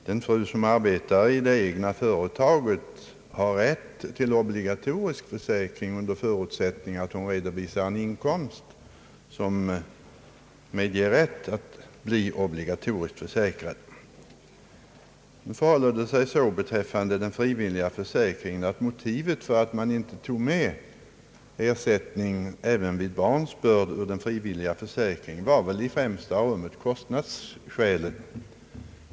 Den fru som arbetar i det egna företaget har nämligen rätt till obligatorisk försäkring under förutsättning att hon redovisar härför erforderlig inkomst. Motivet till att man i den frivilliga försäkringen inte tog med ersättning även vid barnsbörd var väl i främsta rummet kostnaderna.